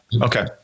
Okay